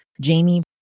Jamie